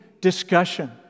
discussion